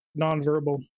nonverbal